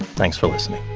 thanks for listening